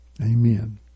Amen